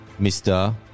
Mr